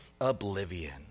oblivion